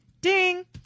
Ding